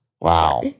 Wow